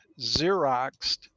Xeroxed